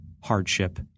hardship